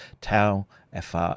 TAU-FR